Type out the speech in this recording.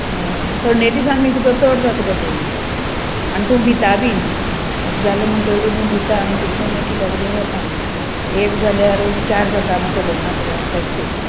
थंडे दिसान बी तुका चड जाता गो तें आनी तूं भिता बीन अशें जालें म्हणटकीर तूं भिता आनी तुका तें मागीर किद्या कितें जाता एक जाल्यार चार जाता म्हूण खबर ना तुका तशें तें